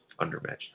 undermatched